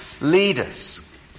leaders